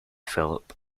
philip